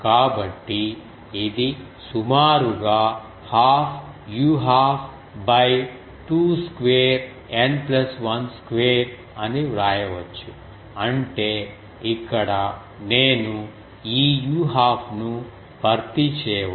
కాబట్టి ఇది సుమారుగా half u 1 2 2 square N plus 1 square అని వ్రాయవచ్చు అంటే ఇక్కడ నేను ఈ u12 ను భర్తీ చేయవచ్చు